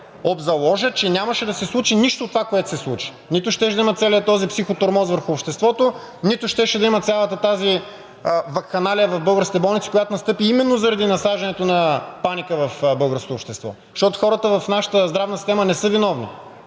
обзаложа, че нямаше да се случи нищо от това, което се случи – нито щеше да го има целия този психотормоз върху обществото, нито щеше да я има цялата тази вакханалия в българските болници, която настъпи именно заради насаждането на паника в българското общество. Защото хората в нашата здравна система не са виновни